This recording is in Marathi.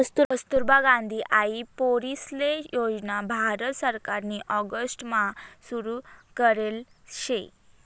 कस्तुरबा गांधी हाई पोरीसले योजना भारत सरकारनी ऑगस्ट मा सुरु करेल शे